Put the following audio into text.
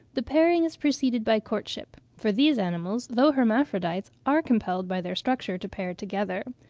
the pairing is preceded by courtship for these animals, though hermaphrodites, are compelled by their structure to pair together.